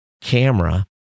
camera